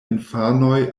infanoj